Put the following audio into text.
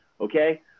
okay